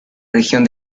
región